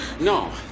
No